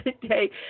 today